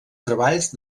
treballs